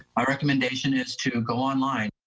my recommendation is to go online.